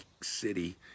city